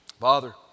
Father